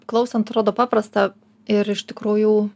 klausant atrodo paprasta ir iš tikrųjų